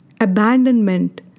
abandonment